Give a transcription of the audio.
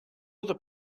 other